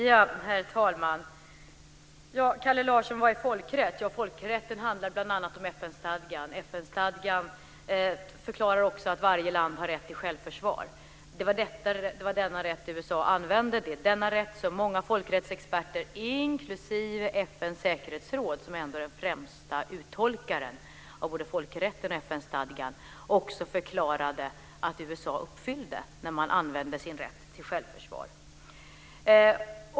Herr talman! Vad är folkrätt, Kalle Larsson? Folkrätten handlar bl.a. om FN-stadgan. FN-stadgan förklarar också att varje land har rätt till självförsvar. Det var denna rätt USA använde. Det är denna rätt som många folkrättsexperter - inklusive FN:s säkerhetsråd, som ändå är den främsta uttolkaren av både folkrätten och FN-stadgan - också förklarade att USA följde när man använde sin rätt till självförsvar.